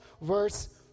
verse